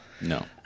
No